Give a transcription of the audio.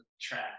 track